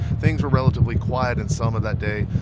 things were relatively quiet in selma that day,